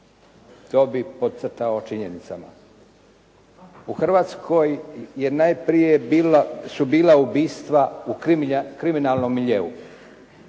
to bih podcrtao činjenicama. U Hrvatskoj su najprije bila ubistva u kriminalnom miljeu